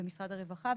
ומשרד הרווחה,